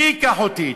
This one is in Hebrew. מי ייקח אותי?